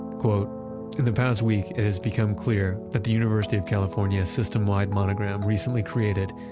in the past week it has become clear that the university of california systemwide monogram recently created,